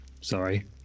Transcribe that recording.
Sorry